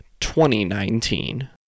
2019